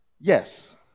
Yes